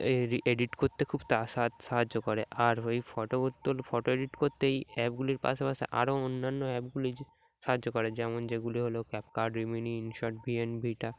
এ edit করতে খুব তা স সাহায্য করে আর ওই ফটো উত্ত ফটো এডিট করতে এই অ্যাপগুলির পাশাপাশি আরও অন্যান্য অ্যাপগুলি সাহায্য করে যেমন যেগুলি হলো CapCut Remini InShot V N V টা